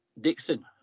Dixon